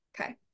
Okay